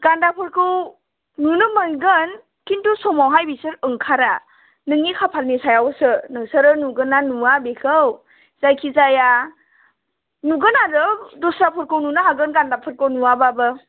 गान्दाफोरखौ नुनो मोनगोन खिन्थु समावहाय बिसोर ओंखारा नोंनि खाफालनि सायावसो नोंसोरो नुगोन ना नुवा बेखौ जायखिजाया नुगोन आरो दस्राफोरखौ नुनो हागोन गान्दाफोरखौ नुवाबाबो